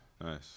Nice